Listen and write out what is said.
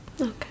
Okay